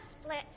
split